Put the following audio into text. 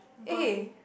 burning